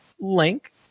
link